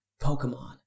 Pokemon